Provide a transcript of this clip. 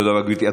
תודה רבה, גברתי.